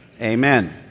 amen